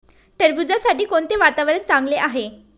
टरबूजासाठी कोणते वातावरण चांगले आहे?